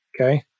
okay